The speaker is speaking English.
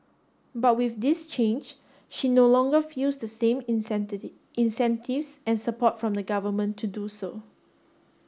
but with this change she no longer feels the same incentives and support from the government to do so